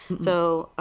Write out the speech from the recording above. so,